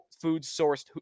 food-sourced